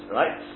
right